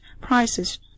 prices